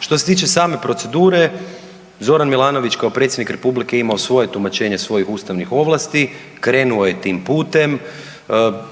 Što se tiče same procedure, Zoran Milanović je kao predsjednik republike imao svoje tumačenje svojih ustavnih ovlasti, krenuo je tim putem,